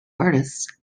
artists